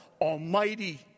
almighty